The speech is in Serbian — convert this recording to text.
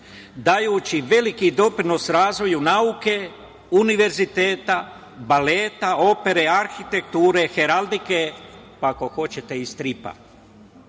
dajući veliki doprinos razvoju nauke, univerziteta, baleta, opere arhitekture, heraldike, ako hoćete i stripa. Kralj